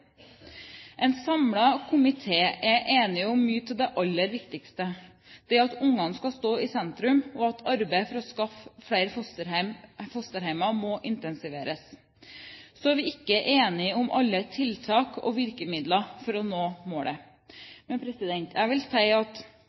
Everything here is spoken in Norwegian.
En samlet komité er enig om mye av det aller viktigste, at ungene skal stå i sentrum, og at arbeidet for å skaffe flere fosterhjem må intensiveres. Så er vi ikke enige om alle tiltak og virkemidler for å nå målet. Jeg vil si at